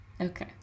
Okay